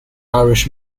irish